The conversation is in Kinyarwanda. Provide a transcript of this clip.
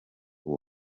uwo